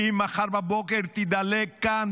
כי אם מחר בבוקר תידלק כאן,